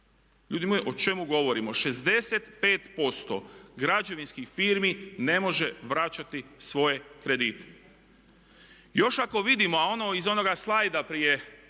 Ljudi moji o čemu govorimo? 65% građevinskih firmi ne može vraćati svoje kredite. Još ako vidimo, a ono iz onoga slajda prije